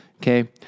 Okay